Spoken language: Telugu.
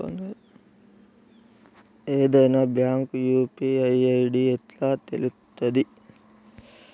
ఏదైనా బ్యాంక్ యూ.పీ.ఐ ఐ.డి ఎట్లా తెలుత్తది?